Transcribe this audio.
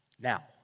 now